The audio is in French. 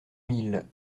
mille